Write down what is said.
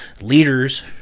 leaders